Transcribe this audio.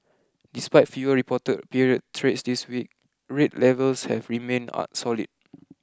despite fewer reported period trades this week rate levels have remained solid